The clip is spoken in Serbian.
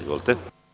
Izvolite.